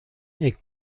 est